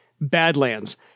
Badlands